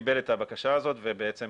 קיבל את הבקשה הזאת ובעצם